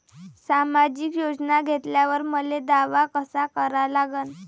सामाजिक योजना घेतल्यावर मले दावा कसा करा लागन?